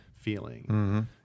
feeling